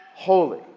holy